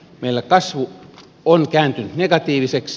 meillä kasvu on kääntynyt negatiiviseksi